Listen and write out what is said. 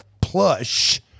plush